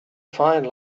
find